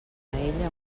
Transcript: paella